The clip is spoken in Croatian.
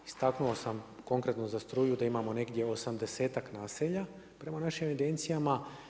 Istaknuo sam konkretno za struju da imamo negdje 80-ak naselja prema našim evidencijama.